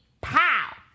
POW